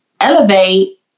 elevate